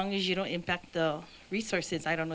long as you know in fact the resources i don't